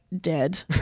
dead